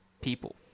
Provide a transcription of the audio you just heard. people